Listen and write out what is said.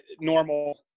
normal